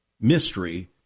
mystery